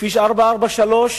כביש 443